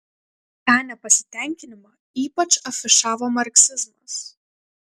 tą nepasitenkinimą ypač afišavo marksizmas